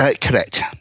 Correct